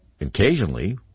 occasionally